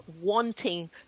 wanting